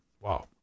Wow